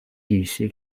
dissi